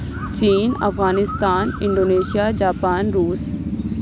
چین Afghanistan Indonesia Japan روس